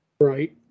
Right